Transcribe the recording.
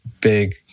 big